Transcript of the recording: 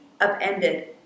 upended